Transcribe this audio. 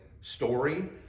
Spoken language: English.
story